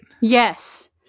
Yes